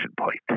point